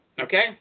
okay